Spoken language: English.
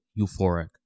euphoric